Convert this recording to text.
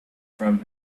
from